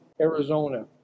Arizona